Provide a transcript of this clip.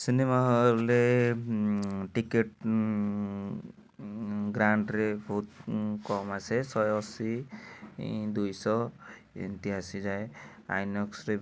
cinema hall ରେ ticket grand ରେ ବହୁତ କମ୍ ଆସେ ଶହେ ଅଶୀ ଦୁଇଶହ ଏନ୍ତି ଆସି ଯାଏଁ ଆଇନକ୍ସରେ ବି